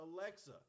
Alexa